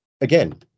again